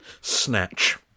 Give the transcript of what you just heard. Snatch